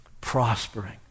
prospering